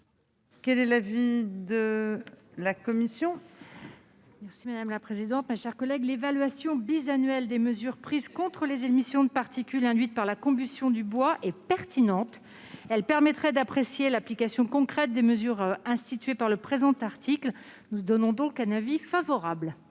Quel est l'avis de la commission